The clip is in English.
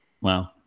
Wow